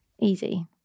Easy